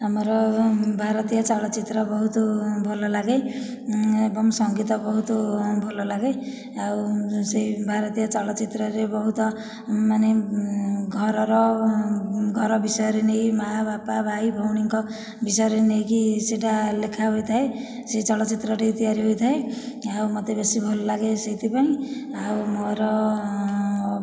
ଆମର ଭାରତୀୟ ଚଳଚ୍ଚିତ୍ର ବହୁତ ଭଲ ଲାଗେ ଏବଂ ସଙ୍ଗୀତ ବହୁତ ଭଲ ଲାଗେ ଆଉ ସେ ଭାରତୀୟ ଚଳଚ୍ଚିତ୍ରରେ ବହୁତ ମାନେ ଘରର ଘର ବିଷୟରେ ନେଇ ମାଆ ବାପା ଭାଇ ଭଉଣୀଙ୍କ ବିଷୟରେ ନେଇକି ସେହିଟା ଲେଖା ହୋଇଥାଏ ସେ ଚଳଚ୍ଚିତ୍ରଟି ତିଆରି ହୋଇଥାଏ ଏହା ମତେ ବେଶି ଭଲ ଲାଗେ ସେଥିପାଇଁ ଆଉ ମୋର